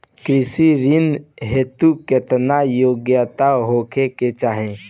कृषि ऋण हेतू केतना योग्यता होखे के चाहीं?